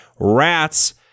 rats